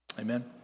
Amen